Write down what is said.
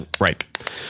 Right